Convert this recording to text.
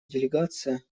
делегация